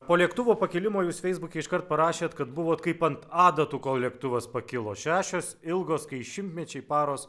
po lėktuvo pakilimo jūs feisbuke iškart parašėt kad buvot kaip ant adatų kol lėktuvas pakilo šešios ilgos kai šimtmečiai paros